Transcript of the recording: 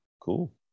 Cool